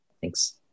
Thanks